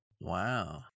wow